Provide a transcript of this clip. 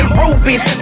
rubies